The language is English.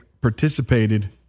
participated